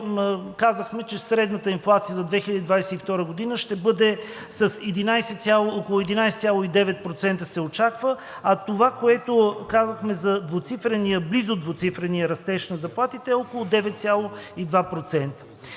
казахме, че средната инфлация за 2022 г. се очаква да бъде около 11,9%, а това, което казахме за близо двуцифрения растеж на заплатите, е около 9,2%.